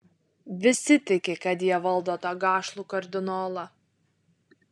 visi tiki kad jie valdo tą gašlų kardinolą